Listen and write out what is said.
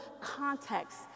context